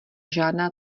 žádná